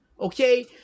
okay